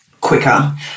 quicker